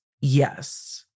Yes